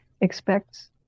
expects